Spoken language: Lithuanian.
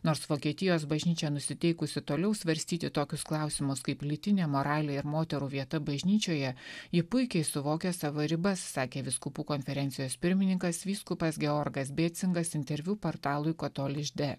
nors vokietijos bažnyčia nusiteikusi toliau svarstyti tokius klausimus kaip lytinė moralė ir moterų vieta bažnyčioje ji puikiai suvokia savo ribas sakė vyskupų konferencijos pirmininkas vyskupas georgas bėcingas interviu portalui kotoliš de